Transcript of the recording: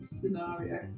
scenario